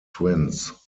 twins